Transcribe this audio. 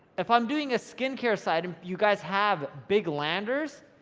if i'm doing a skincare site, and you guys have big landers,